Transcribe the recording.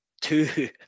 two